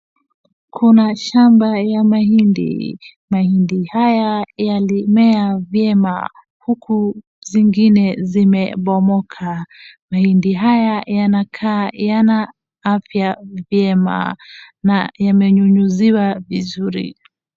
Kuna shamba ya mahindi. Mahindi haya yalimea vyema huku zingine zimebomoka. Mahindi haya yanakaa yana afya vyema, na yamenyunyuziwa vizuri.